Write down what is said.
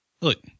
look